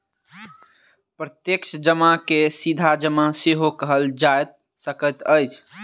प्रत्यक्ष जमा के सीधा जमा सेहो कहल जा सकैत अछि